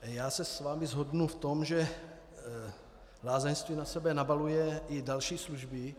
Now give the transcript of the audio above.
Já se s vámi shodnu v tom, že lázeňství na sebe nabaluje i další služby.